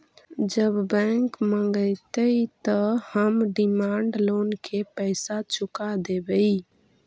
जब बैंक मगतई त हम डिमांड लोन के पैसा चुका देवई